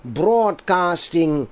broadcasting